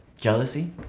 jealousy